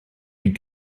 wie